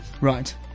right